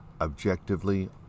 objectively